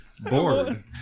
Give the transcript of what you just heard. Bored